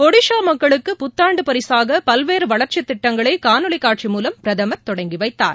ஒடிசா மக்களுக்கு புத்தாண்டு பரிசாக பல்வேறு வளர்ச்சி திட்டங்களை காணொலி காட்டி மூலம் பிரதமா் தொடங்கி வைத்தார்